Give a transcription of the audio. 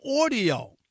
audio